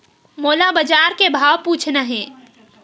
मोला बजार के भाव पूछना हे?